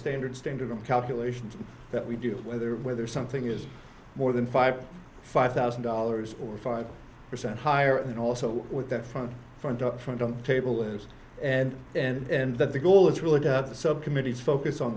standard standard of calculations that we do whether whether something is more than five or five thousand dollars or five percent higher than also what that front front up front on the table is and and that the goal is really the subcommittee focus on